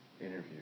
interview